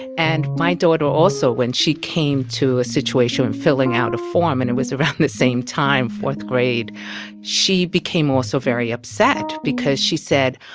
and my daughter also, when she came to a situation in filling out a form and it was around the same time, fourth grade she became also very upset because she said,